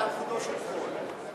על חודו של קול.